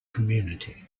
community